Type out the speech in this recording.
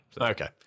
okay